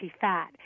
fat